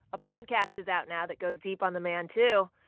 a podcast is out now that goes deep on the man, too.